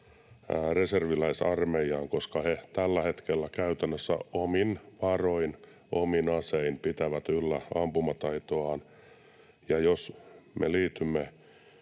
reserviläisarmeijaan, koska he tällä hetkellä käytännössä omin varoin, omin asein pitävät yllä ampumataitoaan, ja jos me liitymme